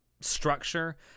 structure